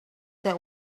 that